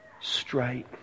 straight